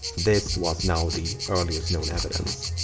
this was now the earliest known evidence.